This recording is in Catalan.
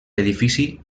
l’edifici